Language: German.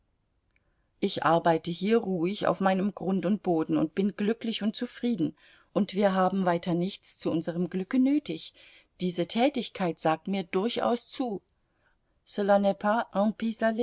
ich arbeite hier ruhig auf meinem grund und boden und bin glücklich und zufrieden und wir haben weiter nichts zu unserm glücke nötig diese tätigkeit sagt mir durchaus zu